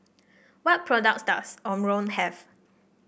what products does Omron have